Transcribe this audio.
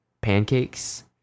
pancakes